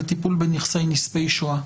לטיפול בנכסי נספי שואה.